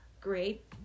great